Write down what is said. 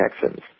Texans